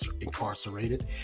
incarcerated